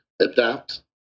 adapt